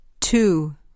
Two